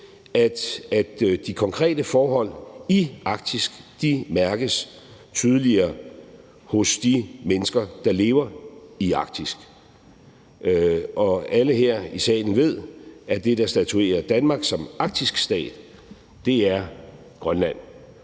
at de konkrete forhold i Arktis mærkes tydeligere hos de mennesker, der lever i Arktis. Alle her i salen ved, at det, der statuerer Danmark som arktisk stat, er Grønland,